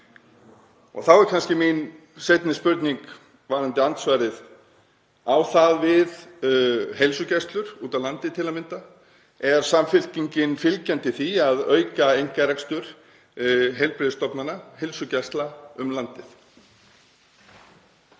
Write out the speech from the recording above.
Þá er kannski mín seinni spurning varðandi andsvarið: Á það við heilsugæslur úti á landi til að mynda? Er Samfylkingin fylgjandi því að auka einkarekstur heilbrigðisstofnana, heilsugæsla um landið?